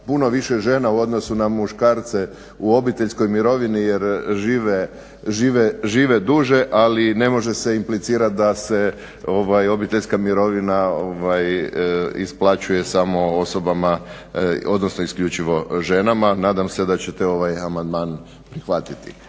puno više žene u odnosu na muškarce u obiteljskoj mirovini jer žive duže ali ne može se implicirati da se obiteljska mirovina isplaćuje samo osobama, odnosno isključivo ženama. Nadam se da ćete ovaj amandman prihvatiti.